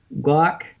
Glock